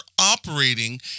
operating